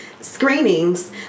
screenings